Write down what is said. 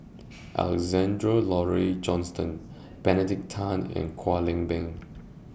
Alexander Laurie Johnston Benedict Tan and Kwek Leng Beng